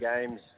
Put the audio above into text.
games